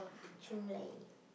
Chun-Lai